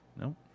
No